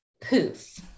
poof